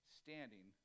standing